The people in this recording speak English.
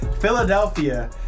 Philadelphia